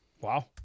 Wow